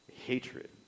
Hatred